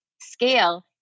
scale